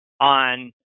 on